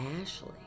Ashley